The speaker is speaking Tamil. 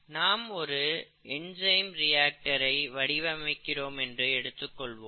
நாம் ஒரு என்சைம் ரியாக்டரை வடிவமைக்கிறோம் என்று எடுத்துக்கொள்வோம்